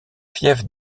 fief